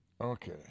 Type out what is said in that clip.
Okay